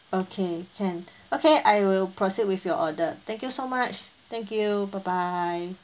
okay can okay I will proceed with your order thank you so much thank you bye bye